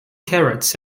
carrots